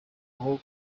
aho